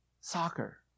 soccer